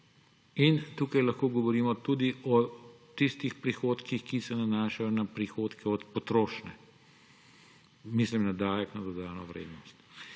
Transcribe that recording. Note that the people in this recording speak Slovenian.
In tukaj lahko govorimo tudi o tistih prihodkih, ki se nanašajo na prihodke od potrošnje. Mislim na davek na dodano vrednost.